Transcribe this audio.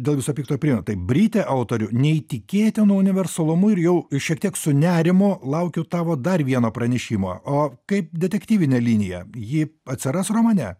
dėl viso pikto priėmiau tai britė autorių neįtikėtinu universalumu ir jau šiek tiek su nerimu laukiu tavo dar vieno pranešimo o kaip detektyvinė linija ji atsiras romane